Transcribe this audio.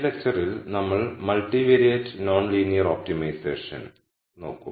ഈ ലെക്ച്ചറിൽ നമ്മൾ മൾട്ടിവാരിയേറ്റ് നോൺ ലീനിയർ ഒപ്റ്റിമൈസേഷൻ നോക്കും